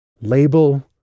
Label